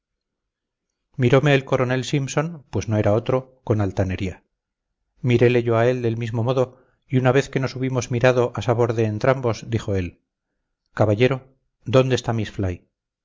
mirome el coronel simpson pues no era otro con altanería mirele yo a él del mismo modo y una vez que nos hubimos mirado a sabor de entrambos dijo él caballero dónde está miss